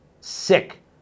sick